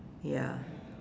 ya